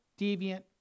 deviant